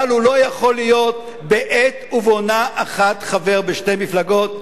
אבל הוא לא יכול להיות בעת ובעונה אחת חבר בשתי מפלגות.